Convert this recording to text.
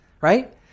right